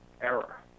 error